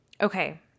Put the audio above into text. Okay